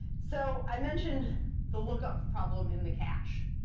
so i mentioned the lookup problem in the cache.